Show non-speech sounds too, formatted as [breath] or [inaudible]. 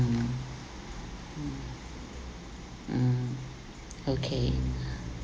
mm mm okay [breath]